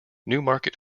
newmarket